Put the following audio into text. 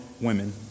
women